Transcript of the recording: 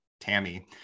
Tammy